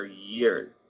years